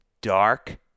dark